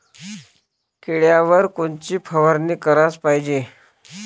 किड्याइवर कोनची फवारनी कराच पायजे?